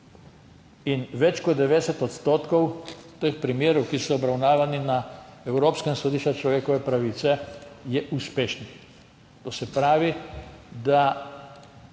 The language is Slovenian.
Več kot 90 % teh primerov, ki so obravnavani na Evropskem sodišču za človekove pravice, je uspešnih. To se pravi, da